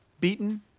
beaten